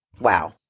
Wow